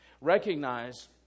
Recognize